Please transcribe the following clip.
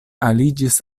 aliĝis